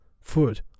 foot